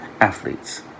athletes